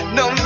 no